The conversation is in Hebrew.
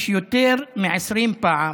יש יותר מ-20 פעם